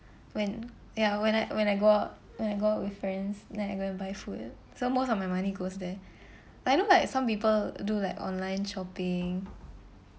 when ya when I when I go when I go out with friends then I go and buy food so most of my money goes there like you know like some people do like online shopping